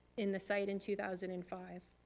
in the site in two thousand and five.